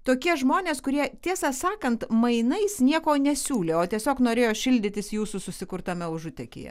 tokie žmonės kurie tiesą sakant mainais nieko nesiūlė o tiesiog norėjo šildytis jūsų susikurtame užutekyje